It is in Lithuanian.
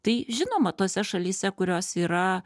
tai žinoma tose šalyse kurios yra